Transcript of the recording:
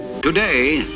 Today